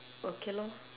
okay lor